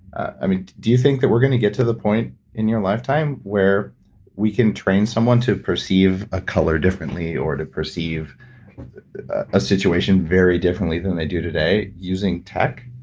ah do you think that we're going to get to the point in your lifetime where we can train someone to perceive a differently or to perceive a situation very differently than they do today using tech?